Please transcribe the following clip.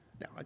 Now